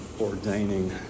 ordaining